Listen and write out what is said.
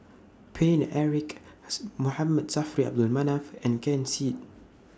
Paine Eric S Saffri A Manaf and Ken Seet